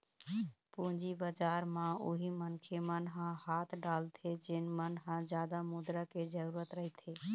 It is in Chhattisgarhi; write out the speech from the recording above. पूंजी बजार म उही मनखे मन ह हाथ डालथे जेन मन ल जादा मुद्रा के जरुरत रहिथे